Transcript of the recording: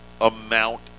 amount